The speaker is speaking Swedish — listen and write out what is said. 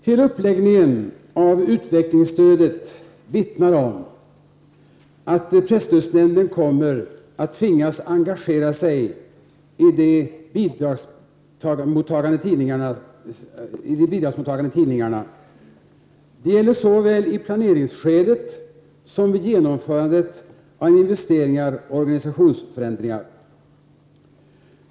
Hela uppläggningen av utvecklingsstödet vittnar om att presstödsnämnden tvingas engagera sig i de bidragsmottagande tidningarna. Detta gäller såväl i planeringsskedet som vid genomförandet av investeringar och organisationsförändringar.